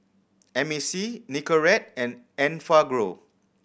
M A C Nicorette and Enfagrow